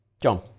John